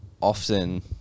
often